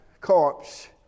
corpse